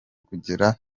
kugera